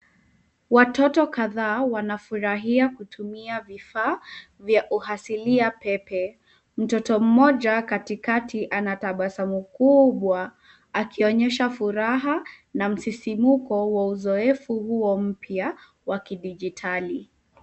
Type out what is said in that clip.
Watoto kadhaa wanafurahia kutumia vifaa vya uhasilia pepe. Mtoto mmoja katikati ana tabasamu kubwa akionyesha furaha na msisimko wa uzoefu huo mpya wa kidijitali.